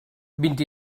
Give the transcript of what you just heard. vint